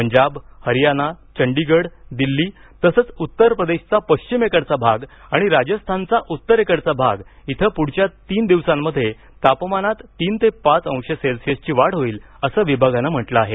पंजाब हरियाना चंडीगड दिल्ली तसंच उत्तर प्रदेशचा पश्चिमेकडचा भाग आणि राजस्थानचा उत्तरेकडचा भाग इथं पुढच्या तीन दिवसांमध्ये तापमानात तीन ते पाच अंश सेल्सिअसची वाढ होईल असं विभागानं म्हटलं आहे